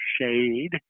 shade